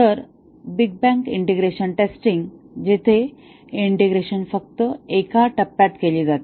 तर big bang integration testing जेथे integration फक्त एका टप्प्यात केले जाते